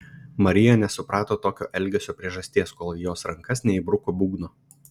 marija nesuprato tokio elgesio priežasties kol į jos rankas neįbruko būgno